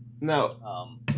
no